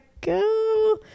go